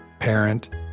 Parent